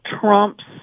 Trump's